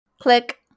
Click